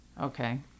Okay